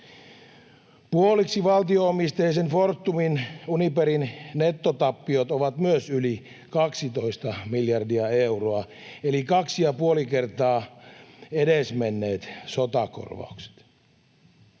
Puoliksi valtio-omisteisen Fortumin Uniperin nettotappiot ovat myös yli 12 miljardia euroa eli kaksi ja puoli kertaa edesmenneet sotakorvaukset.